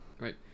Right